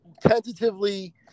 tentatively